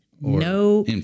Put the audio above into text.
No